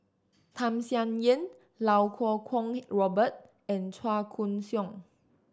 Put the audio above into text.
Tham Sien Yen Iau Kuo Kwong Robert and Chua Koon Siong